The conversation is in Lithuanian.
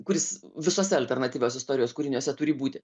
kuris visuose alternatyvios istorijos kūriniuose turi būti